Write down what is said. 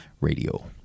radio